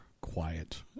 quiet